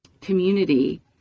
community